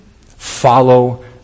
Follow